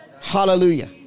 Hallelujah